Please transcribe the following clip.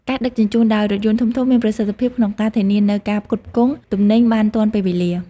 ការដឹកជញ្ជូនដោយរថយន្តធំៗមានប្រសិទ្ធភាពក្នុងការធានានូវការផ្គត់ផ្គង់ទំនិញបានទាន់ពេលវេលា។